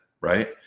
Right